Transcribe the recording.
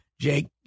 Jake